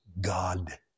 God